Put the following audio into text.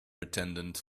attendant